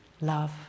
Love